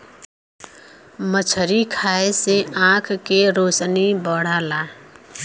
मछरी खाये से आँख के रोशनी बढ़ला